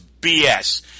BS